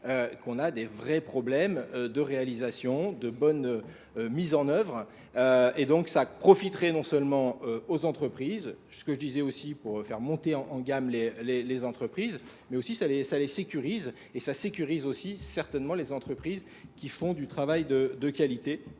qu'on a des vrais problèmes de réalisation, de bonne mise en oeuvre. Et donc ça profiterait non seulement aux entreprises, ce que je disais aussi pour faire monter en gamme les entreprises, mais aussi ça les sécurise, et ça sécurise aussi certainement les entreprises qui font du travail de qualité,